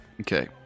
Okay